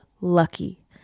lucky